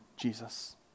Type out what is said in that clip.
Jesus